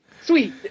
Sweet